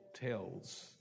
tells